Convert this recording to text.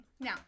Now